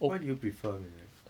why do you prefer maisonette